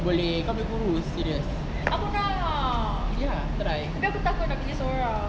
boleh kau boleh kurus serious pergi ah try